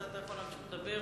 אז אתה יכול להמשיך לדבר.